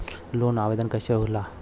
Loan आवेदन कैसे होला?